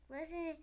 Listen